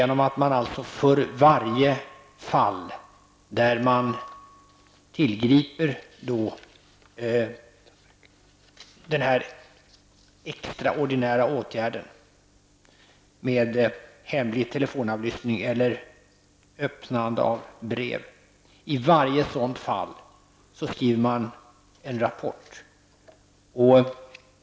Vi vill alltså att varje fall där den extraordinära åtgärden med hemlig telefonavlyssning eller öppnande av brev tillgrips skall rapporteras.